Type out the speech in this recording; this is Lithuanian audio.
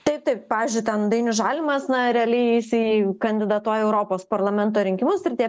taip taip pavyzdžiui ten dainius žalimas na realiai jisai kandidatuoja į europos parlamento rinkimus ir tie